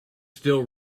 still